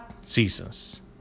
seasons